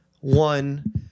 One